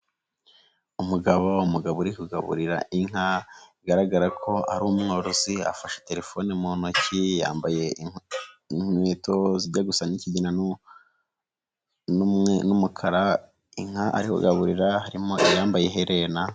Umugabo, umugabo uri kugaburira inka, bigaragara ko ari umworozi afashe telefoni mu ntoki yambaye inkweto zijya gusa n'ikigina n'umukara, inka ari kugaburira arimo kugaburira harimo iyambaye iyambaye iherena.